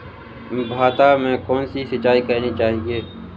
भाता में कौन सी सिंचाई करनी चाहिये?